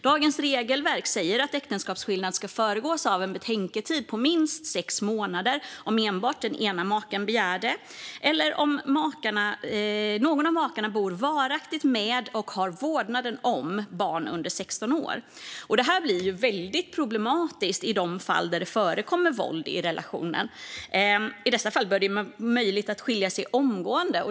Dagens regelverk säger att äktenskapsskillnad ska föregås av en betänketid på minst sex månader om den ena maken begär det eller om någon av makarna bor varaktigt med och har vårdnaden om barn under 16 år. Detta blir väldigt problematiskt i de fall där det förekommer våld i relationen. I dessa fall bör det vara möjligt att skilja sig omgående.